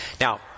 now